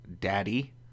Daddy